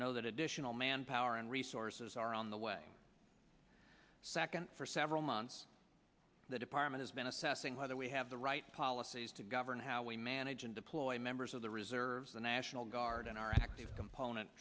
know that additional manpower and resources are on the way second for several months the department has been assessing whether we have the right policies to govern how we manage and deploy members of the reserves the national guard and our active component